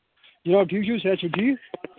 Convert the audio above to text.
جِناب ٹھیٖک چھِو صحت چھُو ٹھیٖک